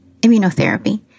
immunotherapy